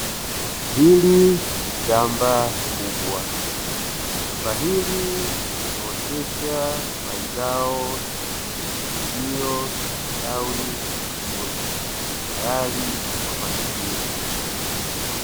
Hili ni shamba kubwa. Shamba hili limeotesha mazao yaliyostawi vizuri, tayari kwa matumizi.